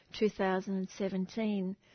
2017